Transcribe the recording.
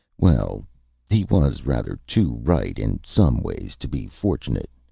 well he was rather too right, in some ways, to be fortunate.